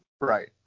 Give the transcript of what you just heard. Right